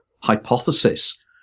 hypothesis